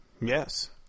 Yes